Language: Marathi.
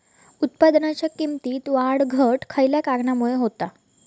उत्पादनाच्या किमतीत वाढ घट खयल्या कारणामुळे होता?